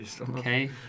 okay